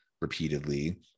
repeatedly